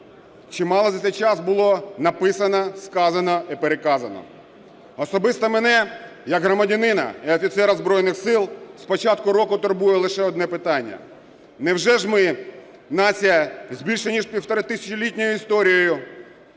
Чи мало за цей час було написано, сказано і переказано? Особисто мене як громадянина і офіцера Збройних Сил з початку року турбує лише одне питання: невже ж ми, нація з більш ніж півторатисячолітньою історією,